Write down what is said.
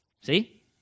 See